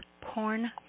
porn